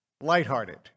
lighthearted